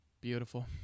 beautiful